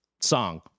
song